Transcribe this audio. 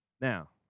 Now